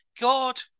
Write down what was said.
God